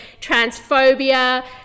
transphobia